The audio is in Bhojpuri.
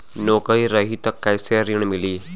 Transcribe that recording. नौकरी रही त कैसे ऋण मिली?